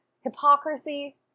hypocrisy